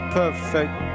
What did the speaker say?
perfect